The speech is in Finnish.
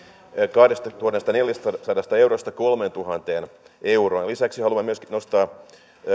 kahdestatuhannestaneljästäsadasta eurosta kolmeentuhanteen euroon lisäksi haluamme myöskin nostaa